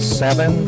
seven